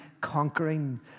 conquering